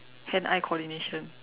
hand eye coordination